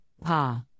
Pa